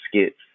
skits